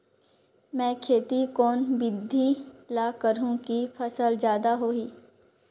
मै खेती कोन बिधी ल करहु कि फसल जादा होही